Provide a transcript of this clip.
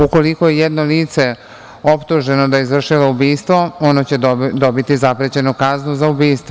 Ukoliko je jedno lice optuženo da je izvršilo ubistvo ono će dobiti zaprećenu kaznu za ubistvo.